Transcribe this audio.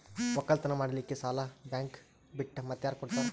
ಒಕ್ಕಲತನ ಮಾಡಲಿಕ್ಕಿ ಸಾಲಾ ಬ್ಯಾಂಕ ಬಿಟ್ಟ ಮಾತ್ಯಾರ ಕೊಡತಾರ?